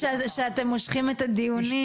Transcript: מורים חדשים,